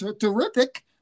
terrific